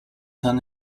son